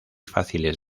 fáciles